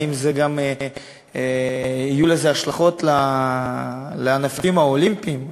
האם יהיו לזה גם השלכות על הענפים האולימפיים,